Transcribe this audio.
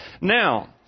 Now